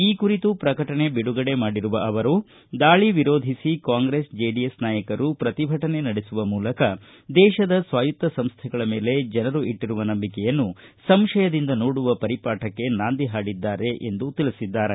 ಈ ಕುರಿತು ಪ್ರಕಟಣೆ ಬಿಡುಗಡೆ ಮಾಡಿರುವ ಅವರು ದಾಳಿ ವಿರೋಧಿಸಿ ಕಾಂಗ್ರೆಸ್ ಜೆಡಿಎಸ್ ನಾಯಕರು ಪ್ರತಿಭಟನೆ ನಡೆಸುವ ಮೂಲಕ ದೇಶದ ಸ್ವಾಯತ್ತ ಸಂಸ್ವೆಗಳ ಮೇಲೆ ಜನರು ಇಟ್ಟರುವ ನಂಬಿಕೆಯನ್ನು ಸಂಶಯದಿಂದ ನೋಡುವ ಪರಿಪಾಠಕ್ಕೆ ನಾಂದಿ ಹಾಡಿದ್ದಾರೆ ಎಂದಿದ್ದಾರೆ